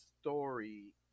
story